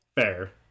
fair